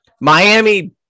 Miami